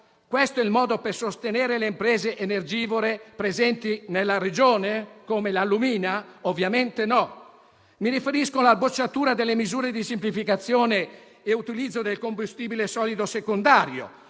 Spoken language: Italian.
questo è il modo per sostenere le imprese energivore presenti nella Regione, come l'allumina? Ovviamente no. Mi riferisco inoltre alla bocciatura delle misure di semplificazione per l'utilizzo del combustibile solido secondario.